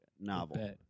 novel